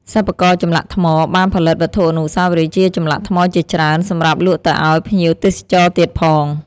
សិប្បករចម្លាក់ថ្ម បានផលិតវត្ថុអនុស្សាវរីយ៍ជាចម្លាក់ថ្មជាច្រើនសម្រាប់លក់ទៅឲ្យភ្ញៀវទេសចរទៀតផង។